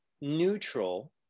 neutral